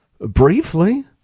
Briefly